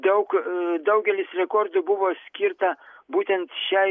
daug daugelis rekordų buvo skirta būtent šiai